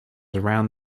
around